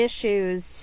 issues